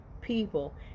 people